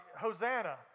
Hosanna